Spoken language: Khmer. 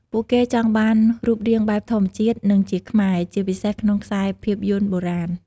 ពួកគេចង់បានរូបរាងបែបធម្មជាតិ និងជាខ្មែរ ជាពិសេសក្នុងខ្សែភាគយន្តបុរាណ។